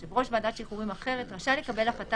יושב ראש ועדת שחרורים אחרת רשאי לקבל החלטה